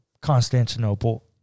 Constantinople